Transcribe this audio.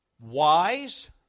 wise